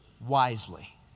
wisely